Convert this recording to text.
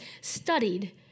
studied